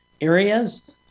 areas